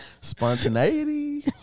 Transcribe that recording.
Spontaneity